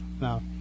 No